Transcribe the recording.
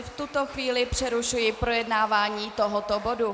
V tuto chvíli přerušuji projednávání tohoto bodu.